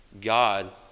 God